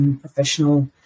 professional